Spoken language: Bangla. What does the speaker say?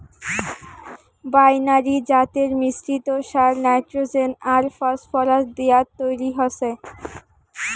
বাইনারি জাতের মিশ্রিত সার নাইট্রোজেন আর ফসফরাস দিয়াত তৈরি হসে